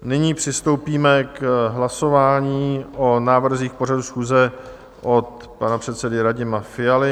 Nyní přistoupíme k hlasování o návrzích pořadu schůze od pana předsedy Radima Fialy.